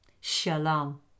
Shalom